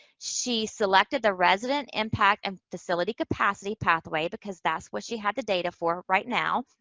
she selected the resident impact and facility capacity pathway, because that's what she had the data for right now.